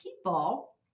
people